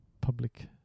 public